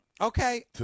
okay